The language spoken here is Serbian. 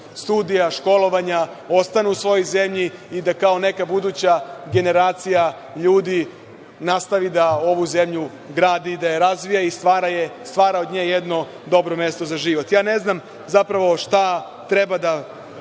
studija, školovanja, ostanu u svojoj zemlji i da kao neka buduća generacija ljudi nastavi da ovu zemlju gradi i da je razvija i stvara od nje jedno dobro mesto za život. Ja ne znam, zapravo, šta treba da